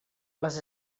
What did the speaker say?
les